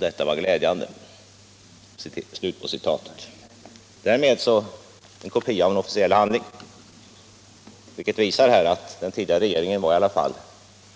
Detta var ju glädjande.” Det rör sig om en kopia av en officiell handling, vilket visar att den tidigare regeringen var